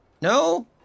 No